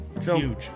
Huge